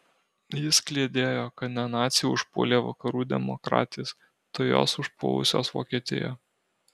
jis kliedėjo kad ne naciai užpuolė vakarų demokratijas tai jos užpuolusios vokietiją